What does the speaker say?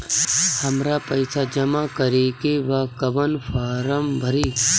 हमरा पइसा जमा करेके बा कवन फारम भरी?